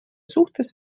suhtes